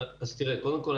קודם כול,